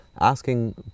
Asking